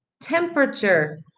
temperature